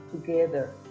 together